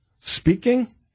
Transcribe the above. speaking